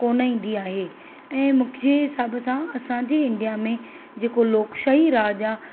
कोन ईंदी आहे ऐं मुंहिंजे हिसाब सां असांजे इंडिया में जेको लोकशाही राज आहे